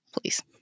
Please